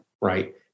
right